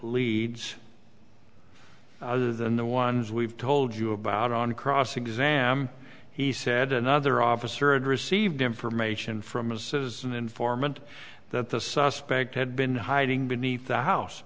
leads than the ones we've told you about on cross exam he said another officer had received information from a citizen informant that the suspect had been hiding beneath the house